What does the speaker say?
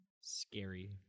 Scary